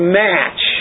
match